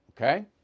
okay